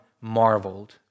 marveled